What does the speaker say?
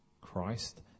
Christ